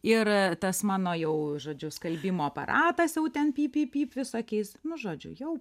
ir tas mano jau žodžiu skalbimo aparatas jau ten pyp pyp pyp visokiais nu žodžiu jau